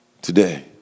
Today